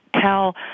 tell